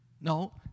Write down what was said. No